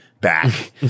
back